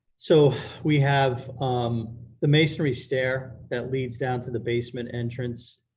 so we have um the masonry stair that leads down to the basement entrance,